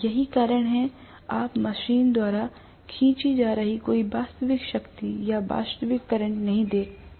यही कारण है कि आप मशीन द्वारा खींची जा रही कोई वास्तविक शक्ति या वास्तविक करंट नहीं देख रहे हैं